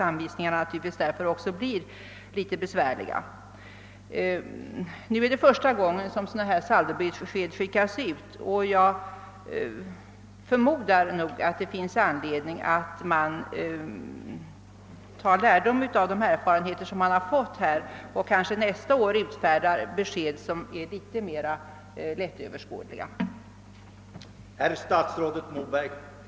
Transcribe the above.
Dessa saldobesked har ännu bara skickats ut en gång, och jag förmodar att man skall ta lärdom av de erfarenheter man kommer att få och kanske nästa år utfärda något mer lättöverskådliga besked.